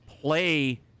play